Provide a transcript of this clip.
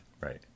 right